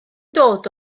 dod